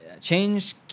change